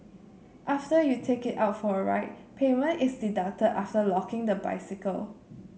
after you take it out for a ride payment is deducted after locking the bicycle